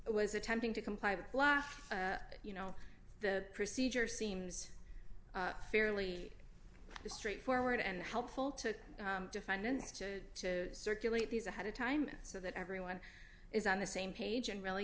was attempting to comply with law you know the procedure seems fairly straightforward and helpful to defendants to to circulate these ahead of time so that everyone is on the same page and really